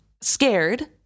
scared